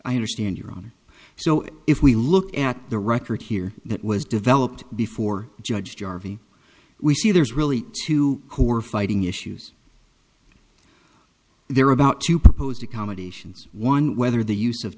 i understand your own so if we look at the record here that was developed before judge jarvey we see there's really two core fighting issues there are about two proposed accommodations one whether the use of